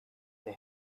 the